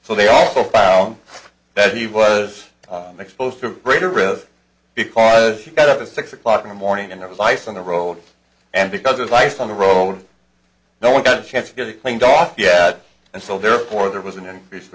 so they also found that he was exposed to greater risk because he got up at six o'clock in the morning and there was ice on the road and because of ice on the road now we got a chance to get it cleaned off yet and so therefore there was an increase